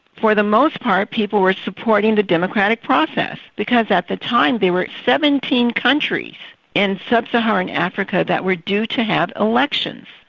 for the most part, people were supporting the democratic process, because at the time, there were seventeen countries in sub-saharan africa that were due to have elections.